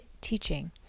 teaching